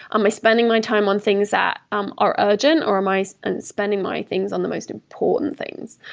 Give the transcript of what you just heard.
am i spending my time on things that um are urgent, or am i and spending my things on the most important things?